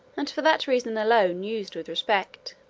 and for that reason alone used with respect.